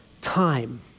Time